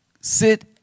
sit